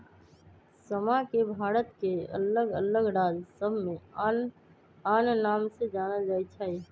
समा के भारत के अल्लग अल्लग राज सभमें आन आन नाम से जानल जाइ छइ